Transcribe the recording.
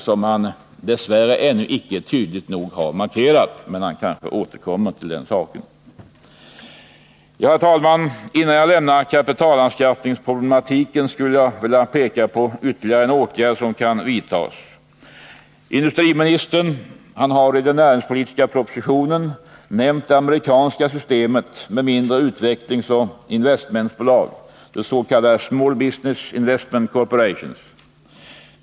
Dess värre har han ännu inte tydligt nog markerat detta, men han återkommer kanske till den saken. Fru talman! Innan jag lämnar kapitalanskaffningsproblematiken, skulle jag vilja peka på ytterligare en åtgärd som kan vidtas. Industriministern har i den näringspolitiska propositionen nämnt det amerikanska systemet med mindre utvecklingsoch investmentbolag, s.k. Small Business Investment Corporations.